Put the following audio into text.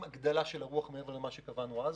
הגדלה של הרוח מעבר למה שקבענו אז,